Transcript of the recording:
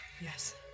Yes